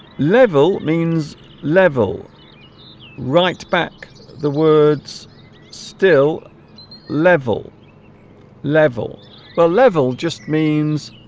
level means level right back the words still level level well level just means